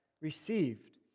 received